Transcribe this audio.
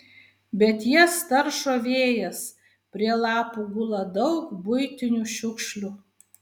bet jas taršo vėjas prie lapų gula daug buitinių šiukšlių